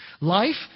life